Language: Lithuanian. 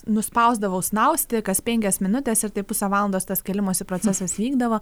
nuspausdavau snausti kas penkios minutės ir taip pusę valandos tas kėlimosi procesas vykdavo